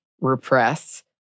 repress